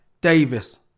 Davis